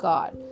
God